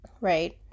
Right